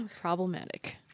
Problematic